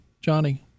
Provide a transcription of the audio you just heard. Johnny